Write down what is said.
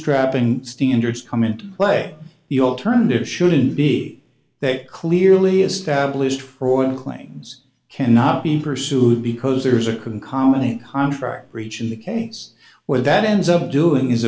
strapping standards come into play the alternative shouldn't be that clearly established freud claims cannot be pursued because there's a can commenting contract breach in the case where that ends up doing is